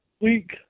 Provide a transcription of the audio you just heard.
week